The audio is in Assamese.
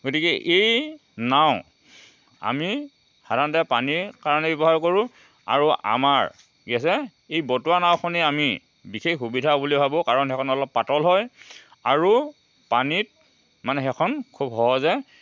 গতিকে এই নাও আমি সাধাৰণতে পানীৰ কাৰণেই ব্যৱহাৰ কৰোঁ আৰু আমাৰ কি হৈছে এই বতুৱা নাওখনেই আমি বিশেষ সুবিধা বুলি ভাবোঁ কাৰণ এইখন অলপ পাতল হয় আৰু পানীত মানে সেইখন খুব সহজে